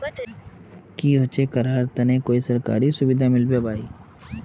की होचे करार तने कोई सरकारी सुविधा मिलबे बाई?